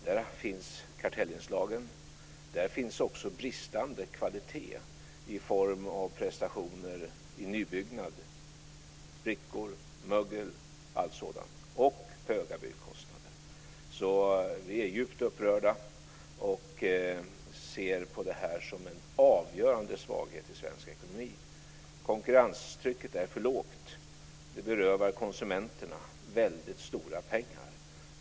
Det innefattar kartellinslagen, bristande kvalitet i nybyggnation i form av sprickor, mögel osv. och höga byggkostnader. Vi är djupt upprörda och ser detta som en avgörande svaghet i svensk ekonomi. Konkurrenstrycket är för lågt, och det berövar konsumenterna väldigt stora pengar.